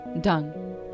Done